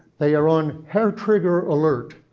they are on hair trigger alert,